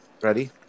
Ready